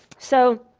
so,